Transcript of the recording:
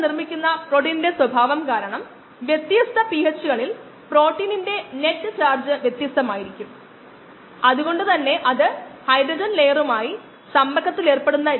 നമ്മൾ അത് കണ്ടു വളർച്ചാ നിരക്കിന് സബ്സ്ട്രേറ്റ് പ്രഭാവം മോണോഡ് മോഡൽ നൽകുന്നുവെന്ന് നമ്മൾ കണ്ടു അതാണ് ഏറ്റവും ലളിതമായ പ്രാതിനിധ്യം